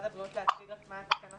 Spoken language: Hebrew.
לאלוהים הפתרונים.